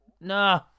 No